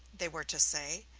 they were to say,